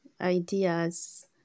ideas